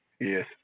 Yes